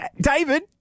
David